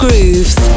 grooves